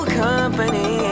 company